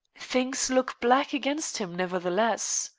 things look black against him, nevertheless.